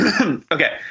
Okay